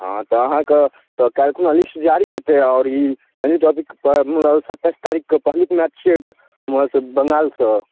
हँ तऽ अहाँके तऽ काल्हि खुना लिस्ट जारी हेतै आओर ई पहिली तारिक के मतलब सत्ताइस तारीक के पहिलुक मैच छियैक से बङाल सऽ